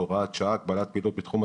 היום 7 במרץ 2021, כ"ג באדר התשפ"א.